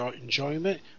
enjoyment